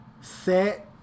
set